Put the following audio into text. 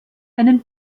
einen